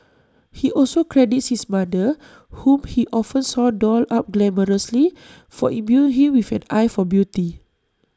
he also credits his mother whom he often saw dolled up glamorously for imbuing him with an eye for beauty